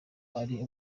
ali